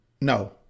No